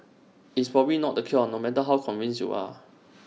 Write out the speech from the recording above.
it's probably not the cure no matter how convinced you are